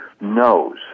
knows